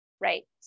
right